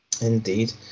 Indeed